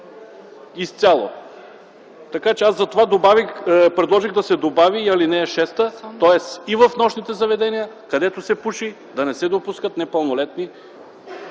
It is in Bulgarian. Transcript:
изцяло. Затова предложих да се добави и ал. 6, тоест и в нощните заведения, където се пуши, да не се допускат непълнолетни